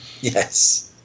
Yes